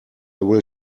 will